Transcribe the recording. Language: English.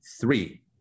three